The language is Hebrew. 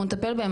אנחנו נטפל בהם.